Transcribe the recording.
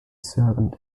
serpent